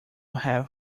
have